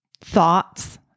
thoughts